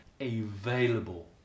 available